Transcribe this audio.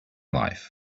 life